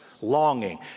longing